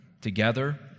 together